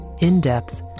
in-depth